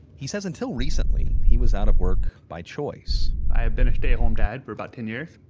he said until recently, he was out of work by choice. i have been a stay-at-home dad for about ten years,